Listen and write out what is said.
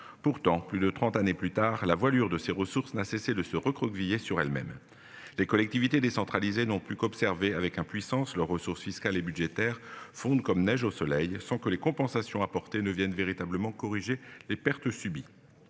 pourtant plus de 30 années plus tard la voilure de ces ressources n'a cessé de se recroqueviller sur elles-mêmes. Les collectivités décentralisées n'ont pu qu'observer avec impuissance leurs ressources fiscales et budgétaires fondent comme neige au soleil sans que les compensations ne viennent véritablement corriger les pertes subies.